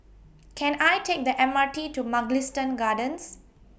Can I Take The M R T to Mugliston Gardens